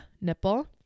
nipple